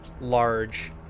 large